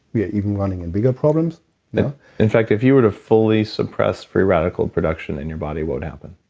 we are even running into and bigger problems in fact, if you were to fully suppress free radical production in your body, what would happen?